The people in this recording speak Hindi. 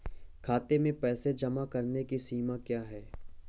खाते में पैसे जमा करने की सीमा क्या है?